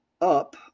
up